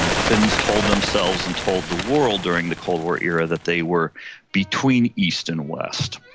um finns told themselves and told the world during the cold war era that they were between east and west.